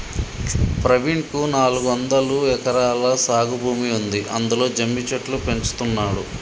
ప్రవీణ్ కు నాలుగొందలు ఎకరాల సాగు భూమి ఉంది అందులో జమ్మి చెట్లు పెంచుతున్నాడు